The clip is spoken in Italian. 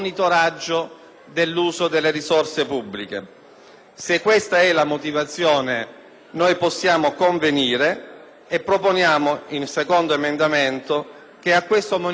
Se questa è la motivazione, possiamo convenire e proponiamo con questo emendamento che a tale monitoraggio si possa ricorrere in corso d'opera,